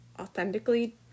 authentically